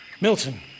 Milton